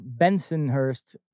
bensonhurst